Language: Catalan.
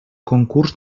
concurs